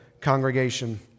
congregation